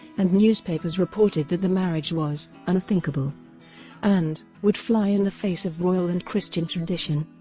and newspapers reported that the marriage was unthinkable and would fly in the face of royal and christian tradition.